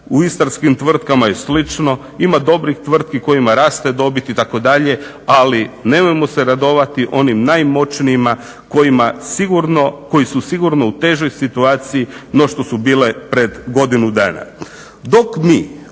u istarskim tvrtkama je slično. Ima dobrih tvrtki kojima raste dobit itd. Ali nemojmo se radovati onim najmoćnijima koji su sigurno u težoj situaciji no što su bile pred godinu dana. Dok mi